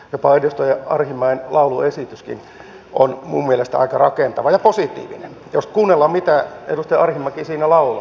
jopa edustaja arhinmäen lauluesitys on minun mielestäni aika rakentava ja positiivinen jos kuunnellaan mitä edustaja arhinmäki siinä lauloi